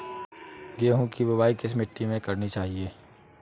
गेहूँ की बुवाई किस मिट्टी में करनी चाहिए?